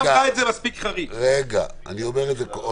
אני אומר שוב,